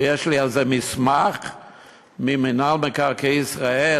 ויש לי על זה מסמך ממינהל מקרקעי ישראל,